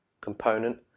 component